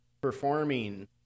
performing